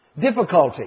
difficulty